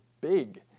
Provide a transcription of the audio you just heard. big